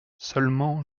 seulement